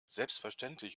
selbstverständlich